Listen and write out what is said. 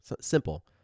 Simple